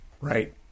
Right